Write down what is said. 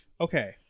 Okay